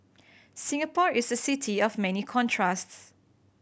Singapore is a city of many contrasts